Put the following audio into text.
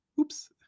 oops